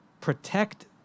protect